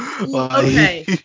Okay